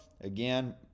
again